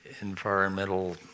environmental